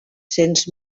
cents